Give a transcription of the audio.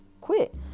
quit